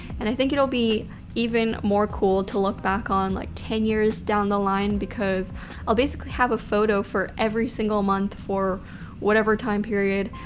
and i think it'll be even more cool to look back on like ten years down the line because i'll basically have a photo for every single month for whatever time period.